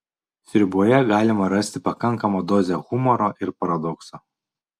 sriuboje galima rasti pakankamą dozę humoro ir paradokso